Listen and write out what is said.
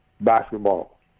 basketball